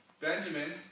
Benjamin